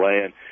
land